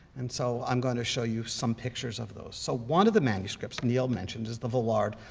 and so i'm going to show you some pictures of those. so one of the manuscripts neil mentioned is the vallard,